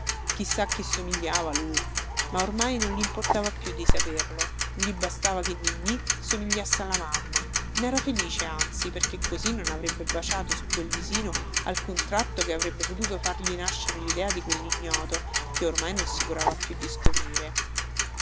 a chi somigliava lui ma ormai non glimportava più di saperlo gli bastava che ninnì somigliasse alla mamma nera felice anzi perché così non avrebbe baciato su quel visino alcun tratto che avrebbe potuto fargli nascere lidea di quellignoto che ormai non si curava più di scoprire